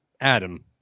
Adam